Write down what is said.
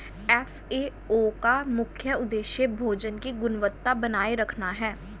FAO का मुख्य उदेश्य भोजन की गुणवत्ता बनाए रखना है